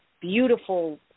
beautiful